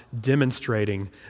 demonstrating